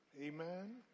amen